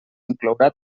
inclourà